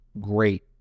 great